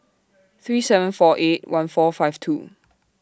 three seven four eight one four five two